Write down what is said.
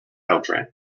outram